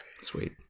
sweet